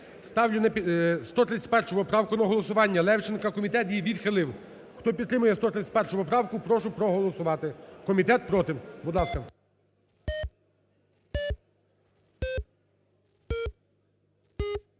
Ставлю 131 поправку на голосування Левченка, комітет її відхилив. Хто підтримує 131 поправку, прошу проголосувати. Комітет проти. Будь ласка.